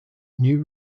new